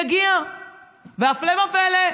והפלא ופלא,